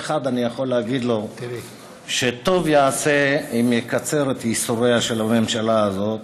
טוב יעשה אם יקצר את ייסוריה של הממשלה הזאת,